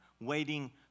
waiting